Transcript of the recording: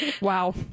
Wow